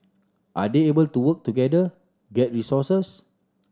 are they able to work together get resources